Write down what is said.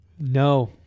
No